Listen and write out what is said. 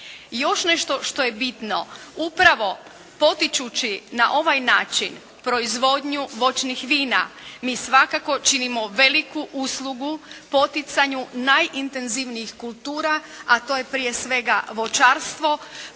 Još nešto što je bitno. Upravo potičući na ovaj način proizvodnju voćnih vina, mi svakako činimo veliku uslugu poticanju najintenzivnijih kultura, a to je prije svega voćarstvo,